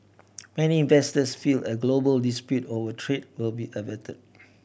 many investors feel a global dispute over trade will be avert